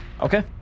Okay